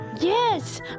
Yes